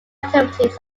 activities